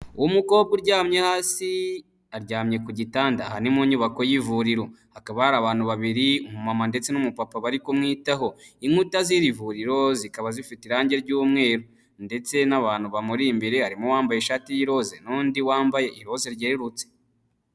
Umukobwa uryamye hasi, aryamye ku gitanda aha ni mu nyubako y'ivuriro, hakaba hari abantu babiri umumama ndetse n'umupapa bari kumwitaho, inkuta z'irivuriro zikaba zifite irange ry'umweru ndetse n'abantu bamuri imbere harimo uwambaye ishati y'iroze n'undi wambaye ikoze ryerurutse.